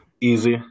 easy